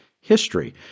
history